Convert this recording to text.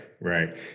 right